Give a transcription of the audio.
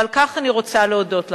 ועל כך אני רוצה להודות לכם.